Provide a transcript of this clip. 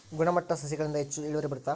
ಗುಣಮಟ್ಟ ಸಸಿಗಳಿಂದ ಹೆಚ್ಚು ಇಳುವರಿ ಬರುತ್ತಾ?